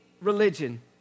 religion